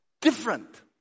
different